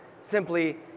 simply